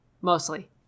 mostly